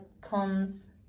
comes